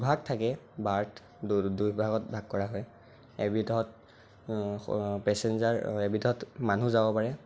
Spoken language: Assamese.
ভাগ থাকে বাৰ্থ দুভাগত ভাগ কৰা হয় এবিধত পেচেঞ্জাৰ এবিধত মানুহ যাব পাৰে